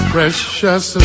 Precious